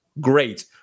great